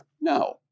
No